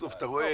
בסוף אתה רואה,